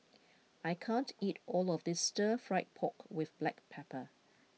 I can't eat all of this Stir Fry Pork with Black Pepper